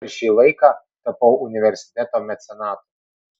per šį laiką tapau universiteto mecenatu